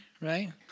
right